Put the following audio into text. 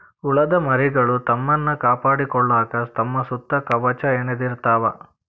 ಹುಳದ ಮರಿಗಳು ತಮ್ಮನ್ನ ಕಾಪಾಡಕೊಳಾಕ ತಮ್ಮ ಸುತ್ತ ಕವಚಾ ಹೆಣದಿರತಾವ